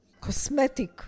cosmetic